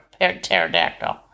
pterodactyl